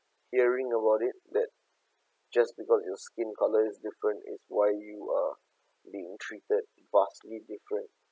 hearing about it that just because your skin colour is different is why you are being treated vastly different